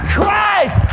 Christ